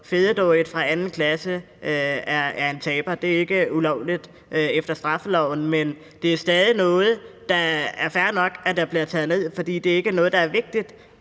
Fede Dorit fra 2. klasse er en taber. Det er ikke ulovligt efter straffeloven, men det er stadig noget, som det er fair nok bliver taget ned, fordi det ikke er noget, der er vigtigt